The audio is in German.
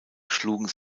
schlugen